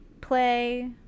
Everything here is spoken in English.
play